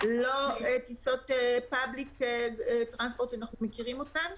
לא טיסות פאבליק טרנספורטס שאנחנו מכירים אותן.